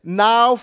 now